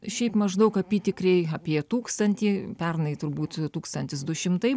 šiaip maždaug apytikriai apie tūkstantį pernai turbūt tūkstantis du šimtai